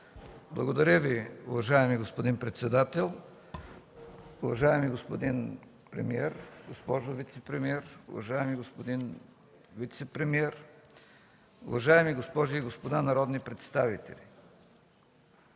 Благодаря, уважаеми господин председател. Уважаеми господин премиер, госпожо вицепремиер, уважаеми господин вицепремиер, уважаеми госпожи и господа народни представители!